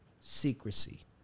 secrecy